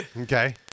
Okay